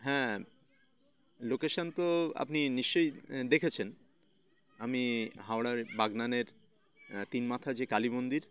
হ্যাঁ লোকেশান তো আপনি নিশ্চই দেখেছেন আমি হাওড়ার বাগানের তিন মাথা যে কালী মন্দির